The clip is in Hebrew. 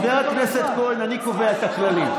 חבר הכנסת כהן, אני קובע את הכללים.